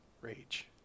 Rage